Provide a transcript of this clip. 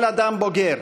כל אדם בוגר,